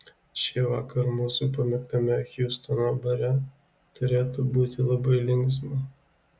šįvakar mūsų pamėgtame hjustono bare turėtų būti labai linksma